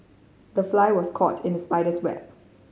the fly was caught in the spider's web